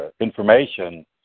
information